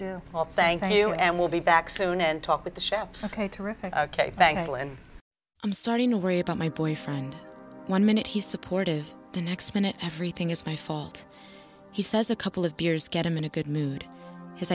do thank you and will be back soon and talk with the shop's ok terrific ok thank you and i'm starting to worry about my boyfriend one minute he's supportive the next minute everything is my fault he says a couple of beers get him in a good mood his